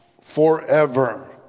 forever